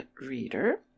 reader